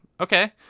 okay